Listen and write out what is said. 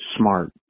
smart